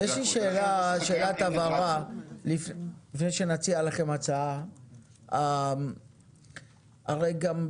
לפני שנציע לכם הצעה, שאלת הבהרה.